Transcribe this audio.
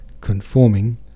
conforming